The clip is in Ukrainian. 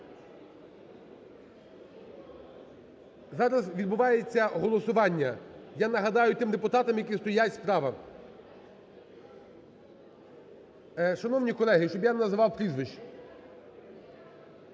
Зараз відбувається голосування, я нагадаю тим депутатам, які стоять справа. Шановні колеги, щоб я не називав прізвищ.